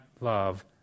love